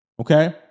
okay